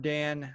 Dan